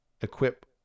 equip